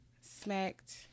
smacked